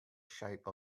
shape